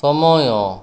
ସମୟ